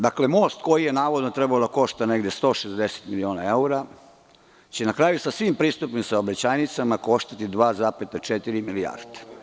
Dakle, most koji je navodno trebalo da košta negde 160 miliona evra će na kraju sa svim pristupnim saobraćajnicama koštati 2,4 milijarde.